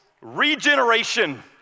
Regeneration